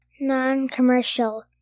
non-commercial